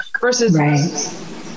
versus